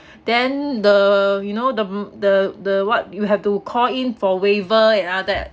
then the you know the the the what you have to call in for waiver and all that